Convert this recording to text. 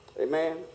Amen